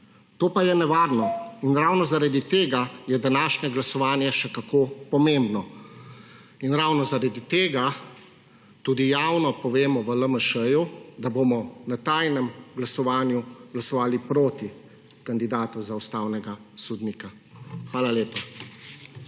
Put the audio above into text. to pa je nevarno. In ravno zaradi tega je današnje glasovanje še kako pomembno. In ravno zaradi tega tudi javno povemo v LMŠ, da bomo na tajnem glasovanju glasovali proti kandidatu za ustavnega sodnika. Hvala lepa.